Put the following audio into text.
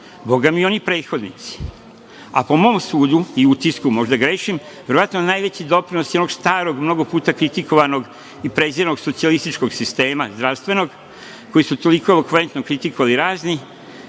bogami, i oni prethodnici. Po mom sudu i utisku, možda grešim, verovatno najveći doprinos je onog starog, mnogo puta kritikovanog i preziranog zdravstvenog socijalističkog sistema, koji su toliko elokventno kritikovali razni,